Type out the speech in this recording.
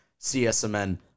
CSMN